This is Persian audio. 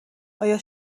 آیا